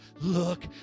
look